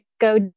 go